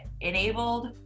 enabled